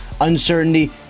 uncertainty